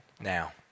Now